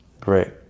Great